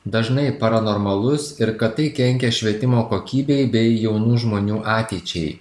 dažnai paranormalus ir kad tai kenkia švietimo kokybei bei jaunų žmonių ateičiai